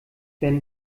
wenn